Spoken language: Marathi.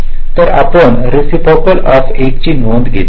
तर आपण रसप्रोकल ऑफ या 1 ची नोंद घेतली